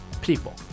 People